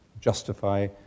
justify